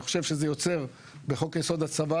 אני חושב שזה יוצר בחוק-יסוד: הצבא